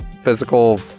physical